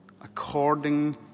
according